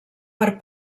per